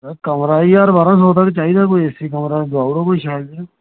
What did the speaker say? sir कमरा जारां बारां सौ तक्कर चाहिदा कोई ए सी कमरा दुआई ओड़ो कोई शैल जेहा